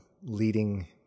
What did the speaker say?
leading